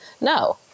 No